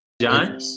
John